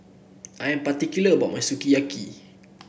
I am particular about my Sukiyaki